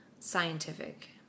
scientific